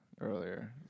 earlier